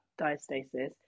diastasis